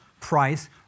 price